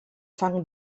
fang